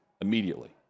immediately